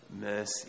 mercy